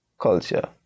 culture